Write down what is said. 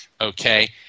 okay